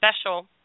special